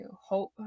hope